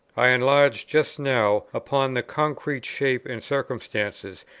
i enlarged just now upon the concrete shape and circumstances,